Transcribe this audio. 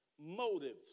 motives